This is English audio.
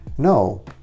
No